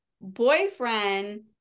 boyfriend